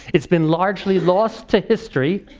it's been largely lost to history,